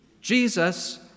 Jesus